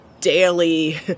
daily